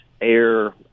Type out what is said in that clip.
air